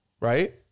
right